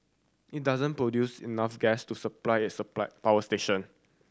it doesn't produce enough gas to supply its supply power station